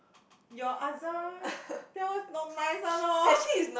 your tell us not nice one lor